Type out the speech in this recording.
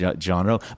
genre